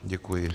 Děkuji.